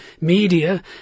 media